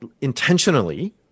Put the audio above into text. intentionally